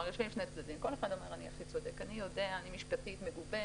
יושבים עם שני צדדים וכל אחד אומר שהוא הכי צודק ושהוא משפטית מגובה.